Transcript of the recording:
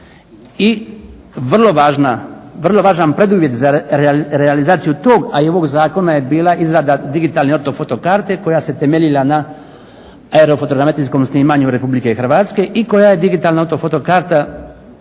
i vrlo važan preduvjet za realizaciju tog a i ovog zakona je bila izrada digitalne ortofoto karte koja se temeljila na aerofotogrametrijskom snimanju Republike Hrvatske i koja je digitalna ortofoto karta upravnim